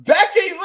Becky